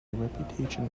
reputation